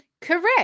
Correct